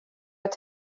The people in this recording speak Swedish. att